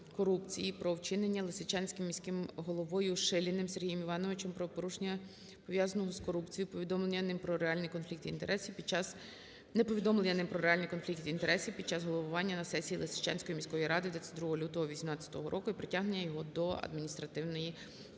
про вчинення Лисичанським міським головою Шиліним Сергієм Івановичем правопорушення, пов'язаного із корупцією, неповідомлення ним про реальний конфлікт інтересів під час головування на сесії Лисичанської міської ради 22 лютого 2018 року і притягнення його до адміністративної